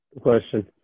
Question